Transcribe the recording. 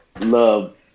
love